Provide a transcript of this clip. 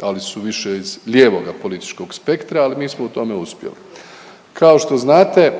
ali su više iz lijevoga političkog spektra ali mi smo u tome uspjeli. Kao što znate